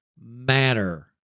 matter